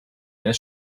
this